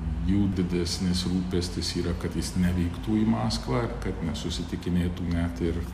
jų didesnis rūpestis yra kad jis nevyktų į maskvą kad nesusitikinėtų net ir